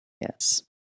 Yes